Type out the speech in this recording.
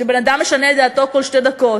שבן-אדם משנה את דעתו כל שתי דקות.